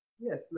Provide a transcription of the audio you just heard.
Yes